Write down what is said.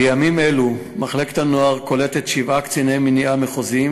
בימים אלו מחלקת הנוער קולטת שבעה קציני מניעה מחוזיים,